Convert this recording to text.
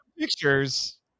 Pictures